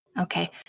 Okay